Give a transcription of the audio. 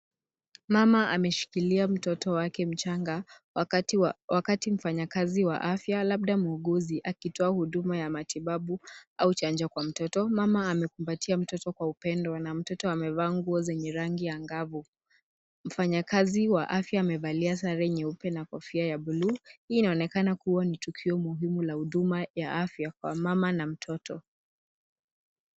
Mama ameshikilia mtoto wake mchanga wakati mfanyakazi wa afya labda muuguzi akitoa huduma ya matibabu au chanjo kwa mtoto. Mama amekumbatia mtoto kwa upendo na mtoto amevaa nguo zenye rangi angavu. Mfanyakazi wa afya amevalia sare nyeupe na kofia ya bluu. Hii inaonekana kuwa tukio muhimu la huduma ya afya kwa mama na mtoto.